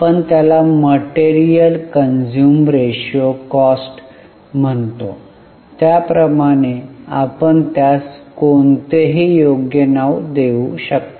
आपण त्याला material consume ratio cost म्हणतो त्याप्रमाणे आपण त्यास कोणतेही योग्य नाव देऊ शकता